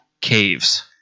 Caves